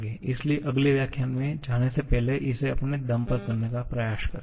इसलिए अगले व्याख्यान में जाने से पहले इसे अपने दम पर करने का प्रयास करें